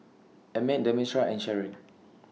Emmet Demetra and Sherron